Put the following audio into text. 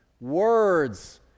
words